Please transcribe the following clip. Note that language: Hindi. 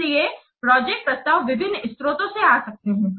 इसलिए प्रोजेक्ट प्रस्ताव विभिन्न स्रोतों से आ सकते हैं